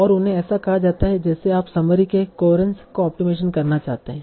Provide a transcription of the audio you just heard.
और उन्हें ऐसे कहा जाता है जैसे आप समरी के कोहेरेंस को ऑप्टिमाइज़ करना चाहते हैं